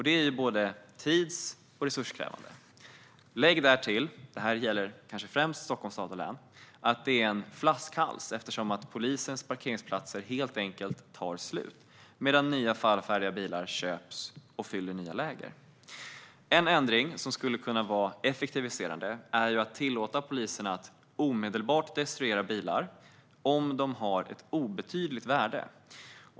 Det är både tids och resurskrävande. Lägg därtill, och detta gäller kanske främst Stockholms stad och län, att det är en flaskhals eftersom polisens parkeringsplatser helt enkelt tar slut medan fler fallfärdiga bilar köps och fyller nya läger. En ändring som skulle vara effektiviserande är att tillåta polisen att omedelbart destruera bilar om de har ett obetydligt värde.